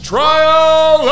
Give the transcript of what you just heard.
Trial